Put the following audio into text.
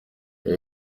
aho